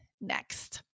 next